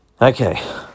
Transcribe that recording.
Okay